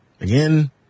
Again